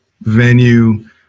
venue